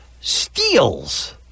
steals